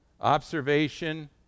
observation